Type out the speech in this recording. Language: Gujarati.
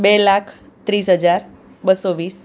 બે લાખ ત્રીસ હજાર બસો વીસ